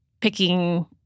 picking